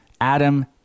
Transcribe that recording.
Adam